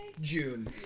June